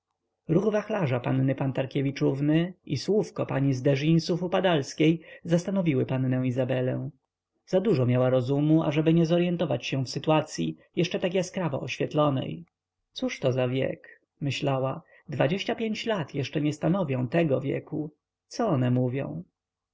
ruch wachlarza panny pantarkiewiczówny i słówko pani z de ginsów upadalskiej zastanowiły pannę izabelę zadużo miała rozumu ażeby nie zoryentować się w sytuacyi jeszcze tak jaskrawo oświetlonej cóżto za wiek myślała dwadzieścia pięć lat jeszcze nie stanowią tego wieku co one mówią